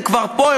הם כבר פה,